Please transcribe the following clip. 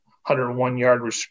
101-yard